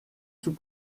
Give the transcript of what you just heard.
sous